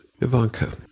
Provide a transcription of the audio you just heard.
Ivanka